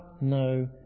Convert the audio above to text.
no